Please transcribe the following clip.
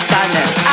Sadness